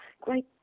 great